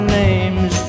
names